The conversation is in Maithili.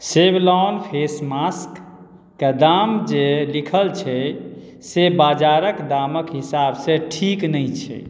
सेवलॉन फेस मास्क के जे दाम लिखल छै से बाजारक दामके हिसाब सँ ठीक नहि छै